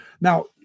now